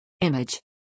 Image